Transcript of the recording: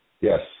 Yes